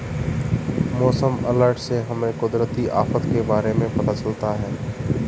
मौसम अलर्ट से हमें कुदरती आफत के बारे में पता चलता है